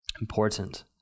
Important